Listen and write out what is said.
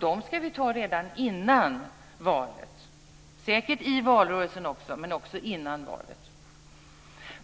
Dem ska vi ta redan före valet. Vi tar dem säkert i valrörelsen, men vi ska också ta dem dessförinnan.